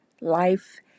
life